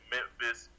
Memphis